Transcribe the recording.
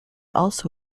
also